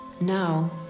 Now